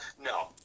no